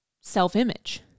self-image